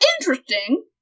Interesting